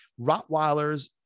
Rottweilers